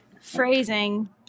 Phrasing